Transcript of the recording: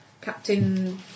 Captain